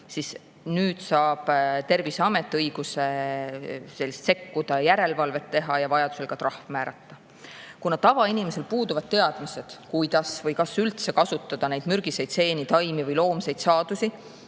siis nüüd saab Terviseamet õiguse sekkuda, järelevalvet teha ja vajadusel ka trahv määrata. Kuna tavainimesel puuduvad teadmised, kuidas või kas üldse kasutada mürgiseid seeni, taimi või loomseid saadusi